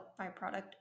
byproduct